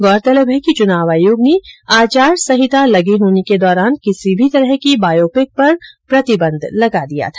गौरतलब है कि चुनाव आयोग ने आचार संहिता लगे होने के दौरान किसी भी तरह की बायोपिक पर प्रतिबंध लगा दिया था